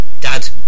Dad